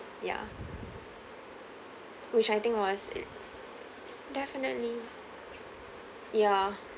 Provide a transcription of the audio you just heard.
ya which I think was definitely ya